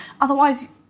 Otherwise